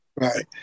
right